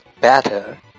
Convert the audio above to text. better